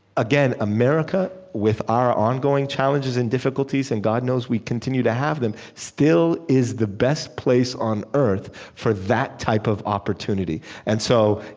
again, america, with our ongoing challenges and difficulties and god knows, we continue to have them still is the best place on earth for that type of opportunity. and so,